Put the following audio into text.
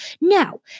Now